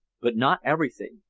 but not everything.